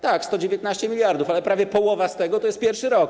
Tak, 119 mld, ale prawie połowa z tego to jest pierwszy rok.